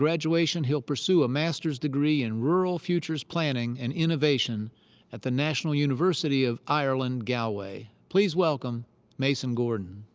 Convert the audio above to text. graduation, he'll pursue a master's degree in rural futures planning and innovation at the national university of ireland galway. please welcome mason gordon.